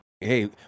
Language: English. Hey